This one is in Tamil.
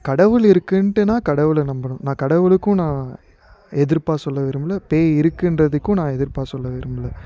கடவுள் இருக்குன்ட்டுன்னா கடவுளை நம்பணும் நான் கடவுளுக்கும் நான் எதிர்ப்பாக சொல்லை விரும்பலை பேய் இருக்குன்றதுக்கும் நான் எதிர்ப்பாக சொல்ல விரும்பலை